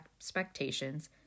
expectations